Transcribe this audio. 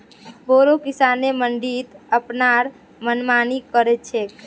बोरो किसान मंडीत अपनार मनमानी कर छेक